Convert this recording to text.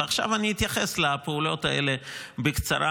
ועכשיו אתייחס לפעולות האלה בקצרה,